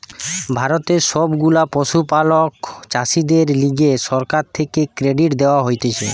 ভারতের সব গুলা পশুপালক চাষীদের লিগে সরকার থেকে ক্রেডিট দেওয়া হতিছে